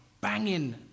banging